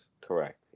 Correct